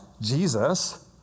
Jesus